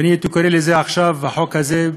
ואני הייתי קורא לזה עכשיו, לחוק הזה,